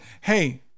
hey